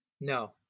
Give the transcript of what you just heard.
no